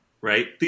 right